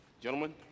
Gentlemen